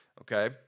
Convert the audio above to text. okay